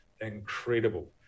incredible